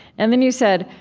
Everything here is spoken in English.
and then you said,